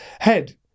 Head